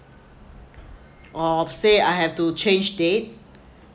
or say I have to change date